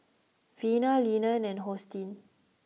Vena Lina and Hosteen